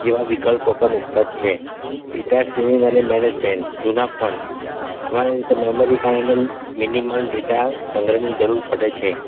જેવા વિકલ્પો પણ ઉપલબ્ધ છે ડેટા સેવિંગ અને મેનેજમેન્ટ જૂના ફોન સામાન્ય રીતે મેમરી કાર્ડ અને મિનિમલ ડેટા સંગ્રહની જરૂર પડે છે